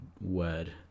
word